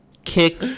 Kick